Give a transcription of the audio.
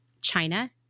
China